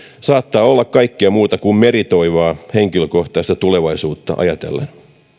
saattaa olla kaikkea muuta kuin meritoivaa henkilökohtaista tulevaisuutta ajatellen